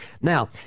Now